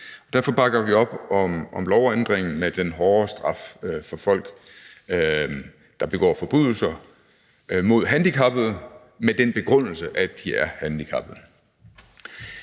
Derfor bakker vi op om lovændringen med den hårdere straf for folk, der begår forbrydelser mod handicappede med den begrundelse, at de er handicappede.